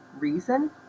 reason